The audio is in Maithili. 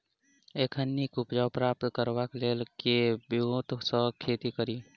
एखन नीक उपज प्राप्त करबाक लेल केँ ब्योंत सऽ खेती कड़ी?